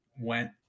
went